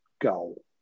goal